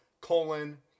colon